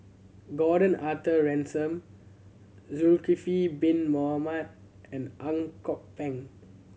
Gordon Arthur Ransome Zulkifli Bin Mohamed and Ang Kok Peng